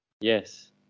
Yes